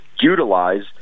utilize